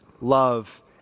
love